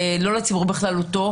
לא לציבור בכללותו,